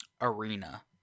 arena